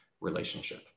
relationship